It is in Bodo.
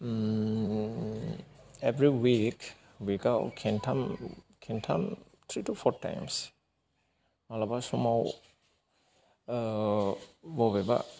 एभ्रि उइक उइक आव खेबथाम खेबथाम थ्रि टु फर टाइम्स माब्लाबा समाव बबेबा